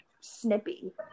snippy